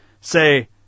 say